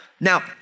Now